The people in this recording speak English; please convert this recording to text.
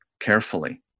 carefully